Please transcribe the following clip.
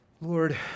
Lord